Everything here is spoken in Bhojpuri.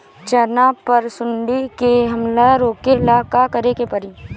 चना पर सुंडी के हमला रोके ला का करे के परी?